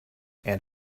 and